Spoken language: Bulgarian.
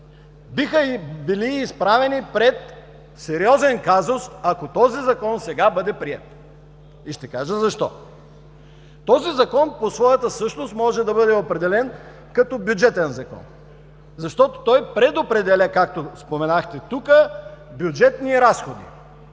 биха били изправени пред сериозен казус, ако този Закон сега бъде приет. И ще кажа защо. Този Закон по своята същност може да бъде определен като бюджетен закон. Защото той предопределя, както споменахте тук, бюджетни разходи.